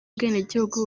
ubwenegihugu